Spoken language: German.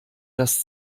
das